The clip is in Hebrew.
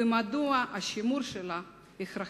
ומדוע השימור שלה הכרחי.